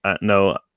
No